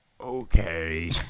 okay